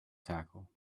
tackle